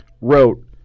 wrote